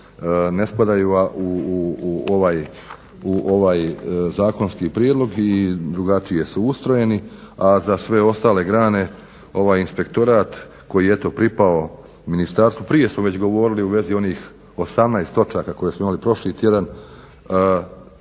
ne spadaju u ovaj zakonski prijedlog i drugačije su ustrojeni a za sve ostale grane ovaj inspektorat koji eto pripao ministarstvu, prije smo govorili ovdje u vezi onih 18 točaka koje smo imali prošli tjedan,